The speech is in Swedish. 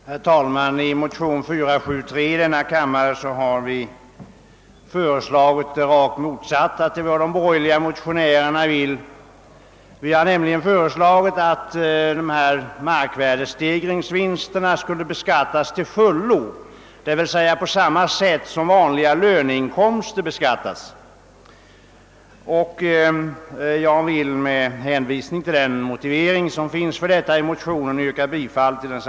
Herr talman! I motion II:473 har vi föreslagit raka motsatsen till vad de borgerliga motionärerna vill. Vi anser nämligen att markvärdestegringsvinsterna skall beskattas till fullo, d.v.s. på samma sätt som vanliga löneinkomster. Jag vill med hänvisning till motionens